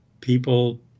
People